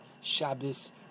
Shabbos